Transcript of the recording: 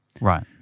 Right